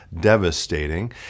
devastating